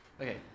okay